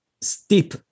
steep